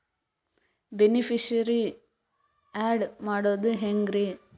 Beneficiary, add ಮಾಡೋದು ಹೆಂಗ್ರಿ?